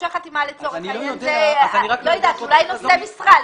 לא עדיף נושא משרה?